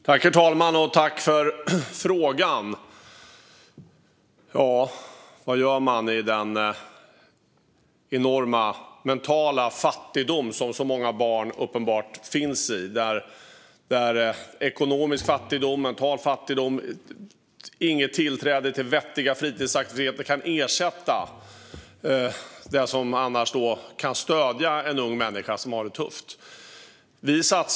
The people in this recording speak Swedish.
Herr talman! Jag tackar för frågan. Ja, vad gör man med den enorma mentala fattigdom som så många barn uppenbart befinner sig i? Det är fråga om ekonomisk och mental fattigdom. De har inget tillträde till vettiga fritidsaktiviteter - det som annars skulle stödja en ung människa som har det tufft.